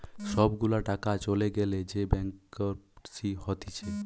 সব গুলা টাকা চলে গ্যালে যে ব্যাংকরপটসি হতিছে